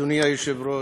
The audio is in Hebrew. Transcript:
אדוני היושב-ראש,